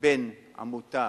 בין עמותה